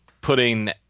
putting